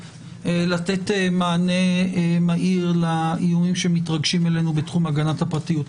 לתת מענה מהיר לאיומים שמתרגשים עלינו בתחום הגנת הפרטיות.